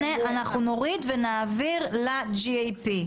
אנחנו נוריד ונעביר ל-GAP.